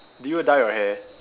do you dye your hair